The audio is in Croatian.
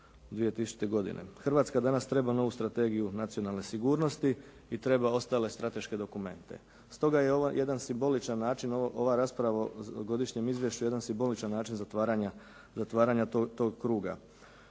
Hrvatska danas treba novu Strategiju nacionalne sigurnosti i treba ostale strateške dokumente. Stoga je ovo jedan simboličan način, ova rasprava o godišnjem izvješću je jedan simboličan način zatvaranja tog kruga.